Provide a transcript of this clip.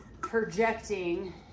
projecting